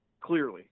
clearly